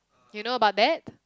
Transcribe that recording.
you know about that